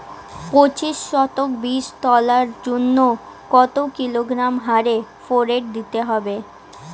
পঁচিশ শতক বীজ তলার জন্য কত কিলোগ্রাম হারে ফোরেট দিতে হবে?